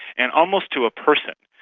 and almost to a person,